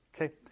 Okay